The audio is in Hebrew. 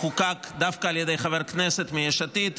חוקק דווקא על ידי חבר כנסת מיש עתיד,